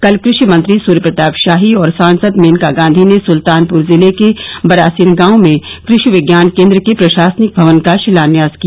कल कृषि मंत्री सूर्यप्रताप शाही और सांसद मेनका गांधी ने सुल्तानपुर जिले के बरासिन गांव में कृषि विज्ञान केन्द्र के प्रशासनिक भवन का शिलान्यास किया